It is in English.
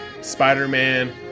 Spider-Man